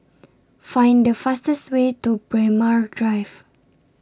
Fine The fastest Way to Braemar Drive